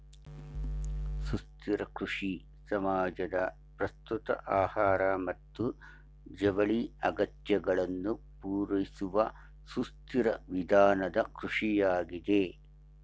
ಸುಸ್ಥಿರ ಕೃಷಿ ಸಮಾಜದ ಪ್ರಸ್ತುತ ಆಹಾರ ಮತ್ತು ಜವಳಿ ಅಗತ್ಯಗಳನ್ನು ಪೂರೈಸುವಸುಸ್ಥಿರವಿಧಾನದಕೃಷಿಯಾಗಿದೆ